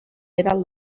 eren